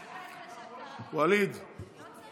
ציבורית לקביעת שכר ותשלומים